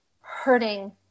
hurting